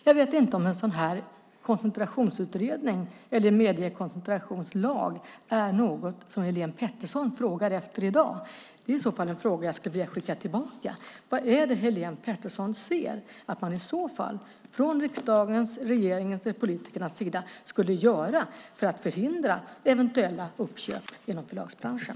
Jag vet inte om en mediekoncentrationslag är något som Helene Petersson frågar efter i dag. Det är en fråga jag skulle vilja skicka tillbaka. Vad är det Helene Petersson vill att man från regeringens, riksdagens och politikernas sida skulle göra för att förhindra eventuella uppköp inom förlagsbranschen?